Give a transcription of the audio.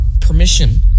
permission